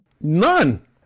None